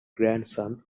grandson